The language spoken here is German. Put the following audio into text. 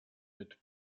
mit